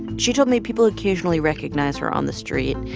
she told me people occasionally recognize her on the street.